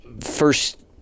first